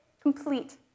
complete